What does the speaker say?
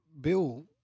Bill